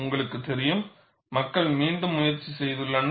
உங்களுக்குத் தெரியும் மக்கள் மீண்டும் முயற்சிகள் செய்துள்ளனர்